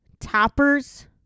Toppers